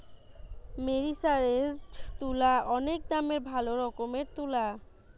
মেরিসারেসজড তুলা অনেক দামের ভালো রকমের তুলা